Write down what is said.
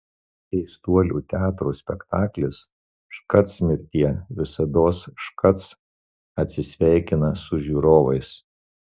keistuolių teatro spektaklis škac mirtie visados škac atsisveikina su žiūrovais